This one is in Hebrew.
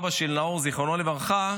אבא של נאור זכרונו לברכה,